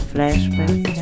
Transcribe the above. Flashback